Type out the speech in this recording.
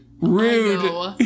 Rude